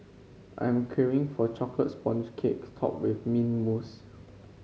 I am craving for a chocolate sponge cake topped with mint mousse